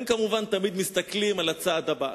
הם כמובן תמיד מסתכלים על הצעד הבא.